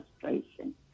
frustration